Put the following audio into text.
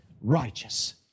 righteous